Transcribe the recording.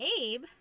Abe